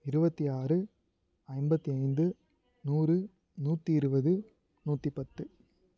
இருபத்தி ஆறு ஐம்பத்து ஐந்து நூறு நூற்றி இருபது நூற்றி பத்து